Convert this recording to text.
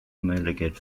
möjlighet